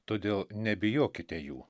todėl nebijokite jų